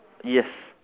yes